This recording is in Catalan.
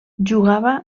jugava